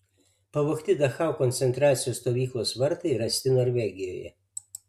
pavogti dachau koncentracijos stovyklos vartai rasti norvegijoje